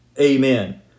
Amen